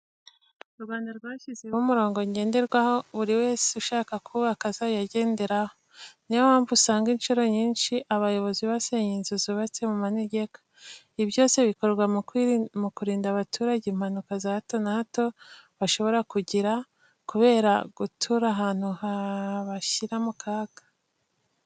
U Rwanda rwashyizeho umurongo ngenderwaho buri muntu wese ushaka kubaka inzu azajya agenderaho. Niyo mpamvu usanga incuro nyinshi abayobozi basenya inzu zubatse mu manegeka. Ibi byose bikorwa mu kurinda abaturage impanuka za hato na hato bashobora kugira, kubera gutura ahantu habashyira mu kaga.